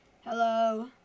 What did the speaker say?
Hello